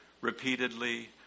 repeatedly